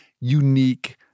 unique